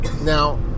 Now